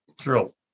thrill